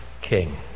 King